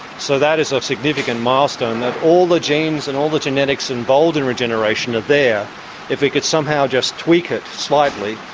so that is a significant milestone, that all the genes and all the genetics involved in regeneration are there if we could somehow just tweak it slightly,